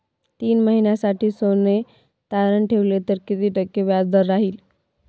तीन महिन्यासाठी सोने तारण ठेवले तर किती टक्के व्याजदर राहिल?